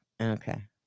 Okay